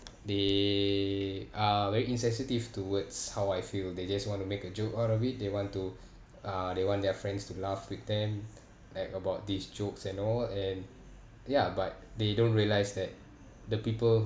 they are very insensitive towards how I feel they just want to make a joke out of it they want to uh they want their friends to laugh with them like about these jokes and all and ya but they don't realise that the people